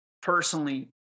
personally